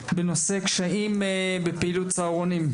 בנושא קשיים בפעילות הצהרונים.